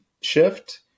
shift